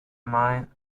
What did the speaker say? mine